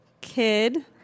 kid